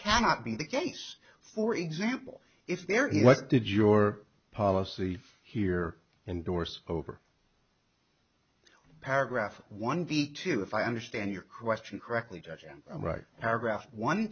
cannot be the case for example if there is what did your policy here indorse over paragraph one v two if i understand your question correctly judging paragraph one